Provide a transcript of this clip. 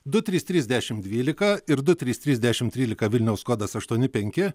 du trys trys dešim dvylika ir du trys trys dešim trylika vilniaus kodas aštuoni penki